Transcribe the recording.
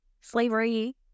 Slavery